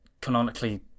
canonically